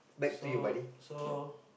so so